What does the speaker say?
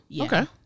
okay